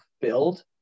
build